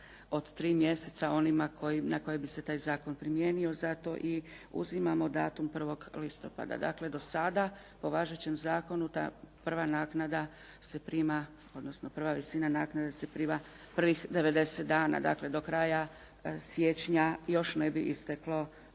od 3 mjeseca onima na koje bi se taj zakon primijenio, zato i uzimamo datum 1. listopada. Dakle, do sada po važećem zakonu ta prva naknada se prima, odnosno prva visina naknade se prima prvih 90 dana, dakle do kraja siječnja još ne bi isteklo